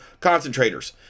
concentrators